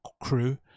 crew